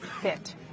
fit